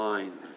Line